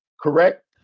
correct